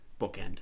bookend